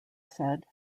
said